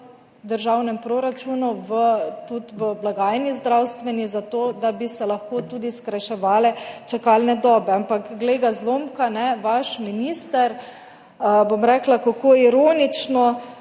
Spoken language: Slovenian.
državnem proračunu, tudi v zdravstveni blagajni, zato da bi se lahko tudi skrajševale čakalne dobe. Ampak glej ga, zlomka, vaš minister, bom rekla kako ironično,